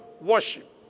worship